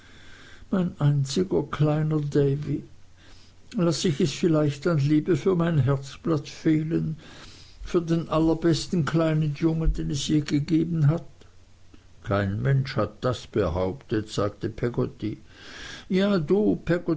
mein einziger kleiner davy lasse ich es vielleicht an liebe für mein herzblatt fehlen für den allerbesten kleinen jungen den es je gegeben hat kein mensch hat das behauptet sagte peggotty ja du